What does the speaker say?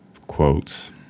quotes